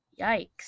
Yikes